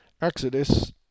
Exodus